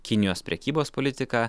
kinijos prekybos politika